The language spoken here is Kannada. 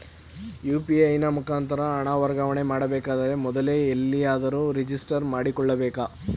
ಯು.ಪಿ.ಐ ನ ಮುಖಾಂತರ ಹಣ ವರ್ಗಾವಣೆ ಮಾಡಬೇಕಾದರೆ ಮೊದಲೇ ಎಲ್ಲಿಯಾದರೂ ರಿಜಿಸ್ಟರ್ ಮಾಡಿಕೊಳ್ಳಬೇಕಾ?